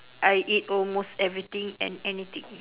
I eat almost everything and anything